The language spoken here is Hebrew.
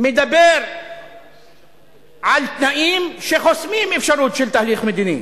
מדבר על תנאים שחוסמים אפשרות של תהליך מדיני